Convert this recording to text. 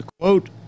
quote